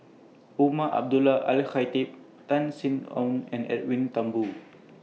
Umar Abdullah Al Khatib Tan Sin Aun and Edwin Thumboo